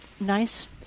nice